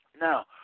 Now